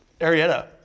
Arietta